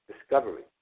discovery